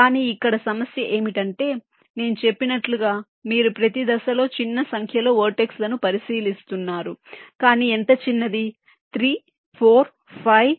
కానీ ఇక్కడ సమస్య ఏమిటంటే నేను చెప్పినట్లుగా మీరు ప్రతి దశలో చిన్న సంఖ్యలో వెర్టెక్స్ లను పరిశీలిస్తున్నారు కానీ ఎంత చిన్నది